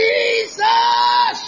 Jesus